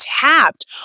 tapped